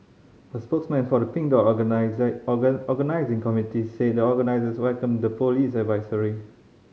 a spokesman for the Pink Dot organising committee said the organisers welcomed the police advisory